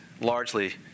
largely